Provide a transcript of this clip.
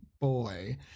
boy